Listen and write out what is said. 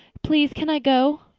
please can i go?